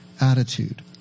attitude